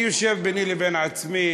אני יושב ביני לבין עצמי